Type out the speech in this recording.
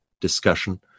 discussion